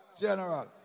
General